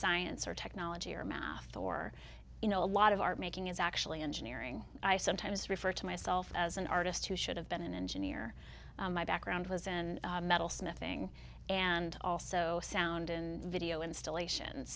science or technology or math or you know a lot of art making is actually engineering i sometimes refer to myself as an artist who should have been an engineer my background was in metal sniffing and also sound and video installation